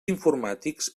informàtics